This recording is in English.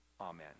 Amen